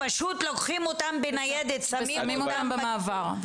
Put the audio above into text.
פשוט לוקחים אותם בניידת ושמים אותם במעבר.